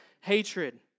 hatred